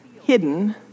hidden